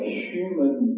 human